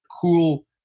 cool